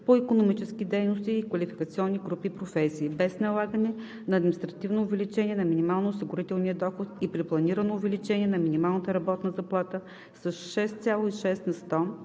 по икономически дейности и квалификационни групи професии. Без налагане на административно увеличение на МОД и при планирано увеличение на минималната работна заплата със 6,6 на сто